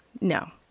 No